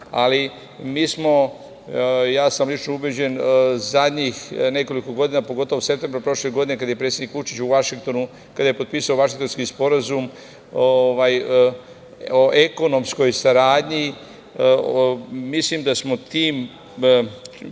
ali mi smo, ja sam lično ubeđen, zadnjih nekoliko godina, pogotovo u septembru prošle godine kada je predsednik Vučić u Vašingtonu potpisao Vašingtonski sporazum o ekonomskoj saradnji, mislim da smo tim